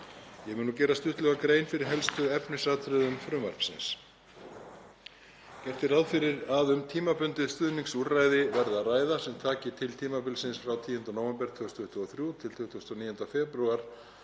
Ég mun nú gera stuttlega grein fyrir helstu efnisatriðum frumvarpsins. Gert er ráð fyrir að um tímabundið stuðningsúrræði verði að ræða sem taki til tímabilsins frá 10. nóvember 2023 til 29. febrúar